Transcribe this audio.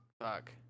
fuck